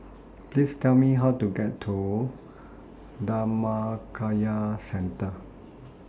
Please Tell Me How to get to Dhammakaya Centre